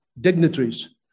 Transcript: dignitaries